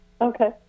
Okay